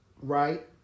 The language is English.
right